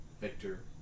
Victor